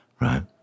right